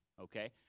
okay